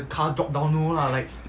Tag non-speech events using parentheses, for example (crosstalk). (laughs)